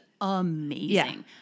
amazing